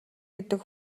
гэдэг